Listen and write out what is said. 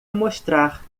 mostrar